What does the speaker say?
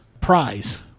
prize